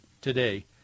today